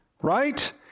right